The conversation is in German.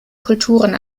kulturen